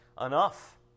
enough